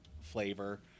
flavor